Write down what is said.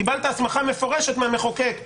קיבלת הסמכה מפורשת מהמחוקק לפסול,